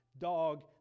dog